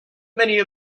many